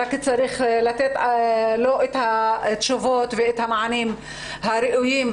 צריך לתת לו תשובות ומענים ראויים,